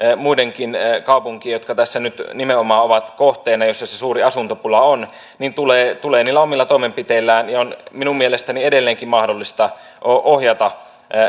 muidenkin kaupunkien jotka tässä nyt nimenomaan ovat kohteena ja joissa se suuri asuntopula on tulee tulee niillä omilla toimenpiteillään ja se on minun mielestäni edelleenkin mahdollista ohjata